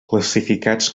classificats